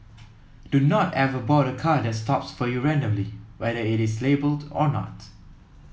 do not ever board a car that stops for you randomly whether it is labelled or not